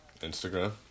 Instagram